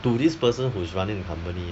to this person who is running the company